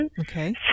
Okay